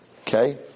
Okay